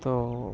ত'